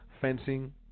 fencing